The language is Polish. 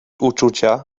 uczucia